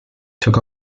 took